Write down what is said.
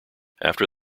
after